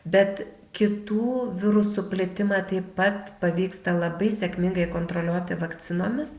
bet kitų virusų plitimą taip pat pavyksta labai sėkmingai kontroliuoti vakcinomis